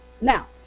Now